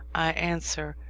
i answer,